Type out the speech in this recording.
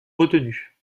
retenue